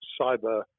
cyber